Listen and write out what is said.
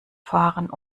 fahren